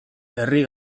herri